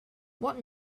what